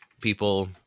people